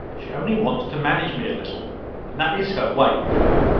she only wants to manage me a little and that is her way, you know.